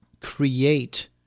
create